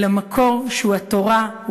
אל המקור שהוא התורה,